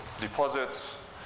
deposits